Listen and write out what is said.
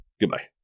Goodbye